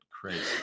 crazy